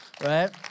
right